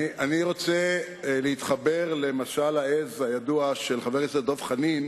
אני רוצה להתחבר למשל העז הידוע של חבר הכנסת דב חנין